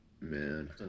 Man